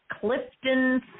Clifton